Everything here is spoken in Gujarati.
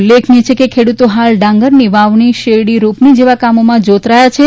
ઉલ્લેખનીય છે કે ખેડૂતો હાલ ડાંગરની વાવણી શેરડી રોપણી જેવા કામોમા જોતરાયા છે